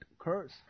occurs